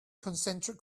concentric